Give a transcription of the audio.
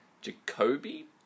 Jacoby